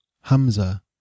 Hamza